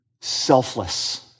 selfless